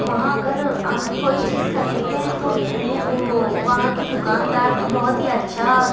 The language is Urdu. وہاں اگر ہم کوئی چیز خریدتے ہیں تو انہیں وہ وہاں کے دوکاندار کا بہت ہی اچھا